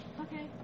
Okay